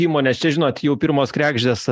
įmonės čia žinot jau pirmos kregždės